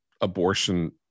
abortion